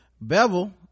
bevel